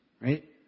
Right